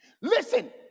Listen